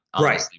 right